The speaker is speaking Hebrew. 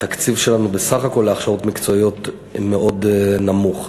התקציב שלנו בסך הכול להכשרות מקצועיות הוא מאוד נמוך.